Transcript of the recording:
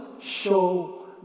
show